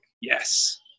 yes